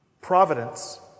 Providence